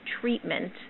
treatment